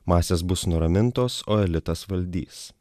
masės bus nuramintos o elitas valdys